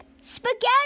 Spaghetti